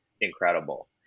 incredible